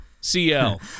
CL